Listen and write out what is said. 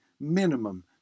minimum